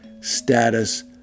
status